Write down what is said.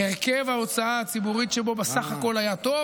הרכב ההוצאה הציבורית שבו בסך הכול היה טוב.